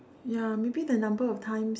ya maybe the number of times